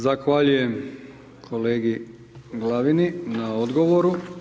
Zahvaljujem kolegi Glavini na odgovoru.